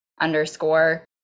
underscore